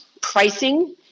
pricing